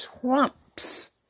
trumps